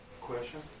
Question